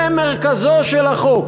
זה מרכזו של החוק.